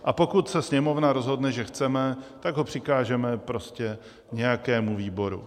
A pokud se Sněmovna rozhodne, že chceme, tak ho přikážeme prostě nějakému výboru.